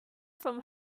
from